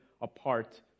apart